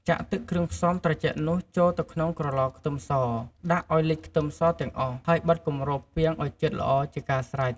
ចាក់ទឹកគ្រឿងផ្សំត្រជាក់នោះចូលទៅក្នុងក្រឡខ្ទឹមស ដាក់ឲ្យលិចខ្ទឹមសទាំងអស់ ហើយបិទគម្របពាងឲ្យជិតល្អជាការស្រេច។